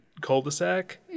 cul-de-sac